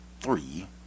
three